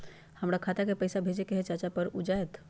हमरा खाता के पईसा भेजेए के हई चाचा पर ऊ जाएत?